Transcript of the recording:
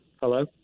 Hello